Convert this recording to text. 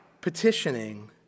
petitioning